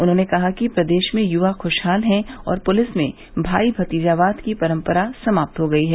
उन्होंने कहा कि प्रदेश में युवा खुशहाल है और पुलिस में भाई मतीजावाद की परम्परा समाप्त हो गई है